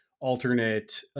alternate